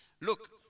Look